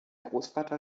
großvater